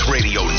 Radio